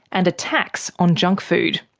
and a tax on junk food.